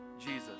Jesus